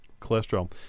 cholesterol